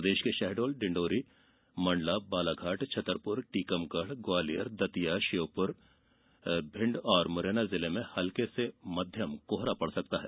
प्रदेश के शहडोल डिंडौरी मंडला बालाघाट छतरपुर टीकमगढ़ ग्वालियर दतिया श्योपुरकला भिंड और मुरैना जिले में हल्के से मध्यम कोहरा पड़ सकता है